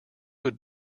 would